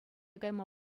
кайма